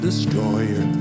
destroyer